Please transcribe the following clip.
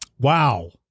Wow